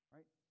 Right